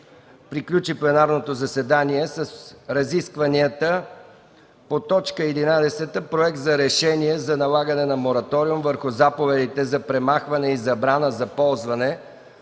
приключи пленарното заседание с разискванията по т. 11 - Проект за решение за налагане на мораториум върху заповедите за премахване и забрана за ползване